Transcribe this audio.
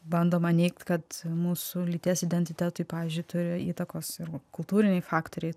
bandoma neigt kad mūsų lyties identitetui pavyzdžiui turi įtakos ir kultūriniai faktoriai